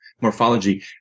morphology